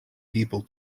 people